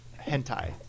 Hentai